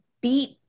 beat